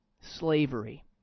slavery